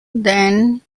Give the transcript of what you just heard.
then